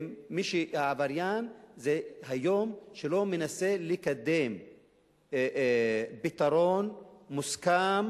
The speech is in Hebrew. מי שעבריין זה מי שלא מנסה היום לקדם פתרון מוסכם